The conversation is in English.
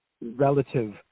relative